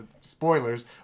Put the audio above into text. Spoilers